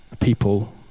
people